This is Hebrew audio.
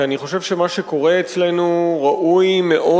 כי אני חושב שמה שקורה אצלנו ראוי מאוד